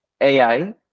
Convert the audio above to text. AI